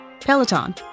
Peloton